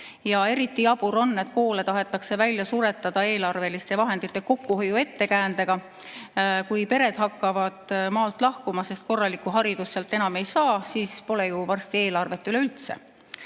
Eriti jabur on, et koole tahetakse välja suretada eelarveliste vahendite kokkuhoiu ettekäändega. Kui pered hakkavad maalt lahkuma, sest korralikku haridust sealt enam ei saa, siis pole ju varsti eelarvet üleüldse.